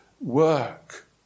work